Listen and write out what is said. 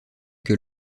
que